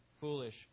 foolish